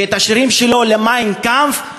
ואת השירים שלו ל"מיין קאמפף",